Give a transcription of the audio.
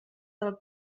del